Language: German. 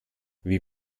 wie